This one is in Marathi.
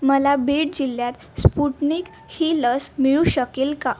मला बीड जिल्ह्यात स्पुटनिक ही लस मिळू शकेल का